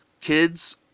Kids